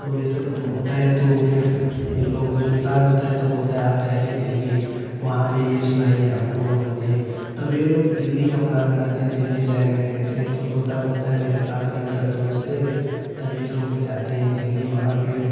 तो ए सब होता है तो वह फ़िर ए लोग जो इंसान होता है तो बोलता है आप जाइए दिल्ली वहाँ पर यह सुनाइए हमको मत बोलिए तब यह लोग दिल्ली का प्लान बनाते हैं दिल्ली जाएँगे कैसे तो तोता बोलता है मेरे पास है मेरा दोस्त है तब यह लोग जाते हैं दिल्ली वहाँ पर